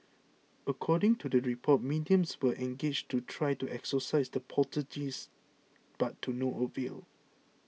according to the report mediums were engaged to try to exorcise the poltergeists but to no avail